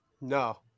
no